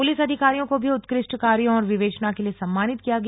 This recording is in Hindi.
पुलिस अधिकारियों को भी उत्कृष्ट कार्यो और विवेचना के लिए सम्मानित किया गया